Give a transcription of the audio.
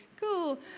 cool